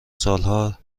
سالها